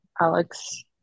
Alex